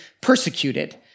persecuted